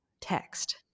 text